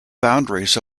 boundaries